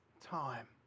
time